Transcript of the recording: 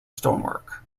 stonework